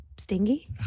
stingy